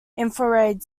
infrared